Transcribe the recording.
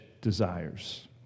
desires